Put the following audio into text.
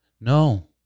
No